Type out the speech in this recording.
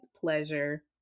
pleasure